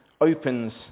opens